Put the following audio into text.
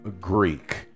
Greek